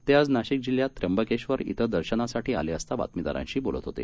ते आज नाशिक जिल्ह्यात त्र्यंबकेश्वर इथं दर्शनासाठी आले असता बातमीदारांशी बोलत होते